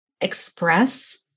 express